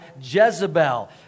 Jezebel